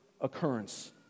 occurrence